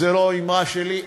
זו לא אמרה שלי,